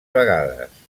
vegades